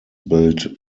built